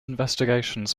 investigations